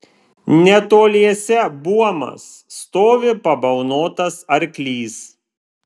netoliese buomas stovi pabalnotas arklys